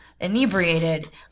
inebriated